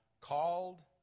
called